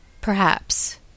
perhaps